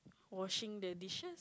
washing the dishes